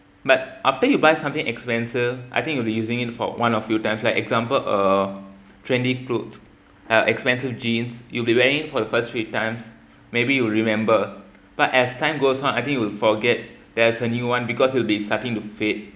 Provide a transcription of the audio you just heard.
but after you buy something expensive I think you'll be using it for one or few times like example uh trendy clothes like expensive jeans you'll be wearing for the first few times maybe you will remember but as time goes on I think you will forget there's a new one because it'll be starting to fade